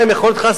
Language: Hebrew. חס וחלילה,